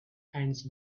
ants